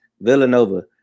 Villanova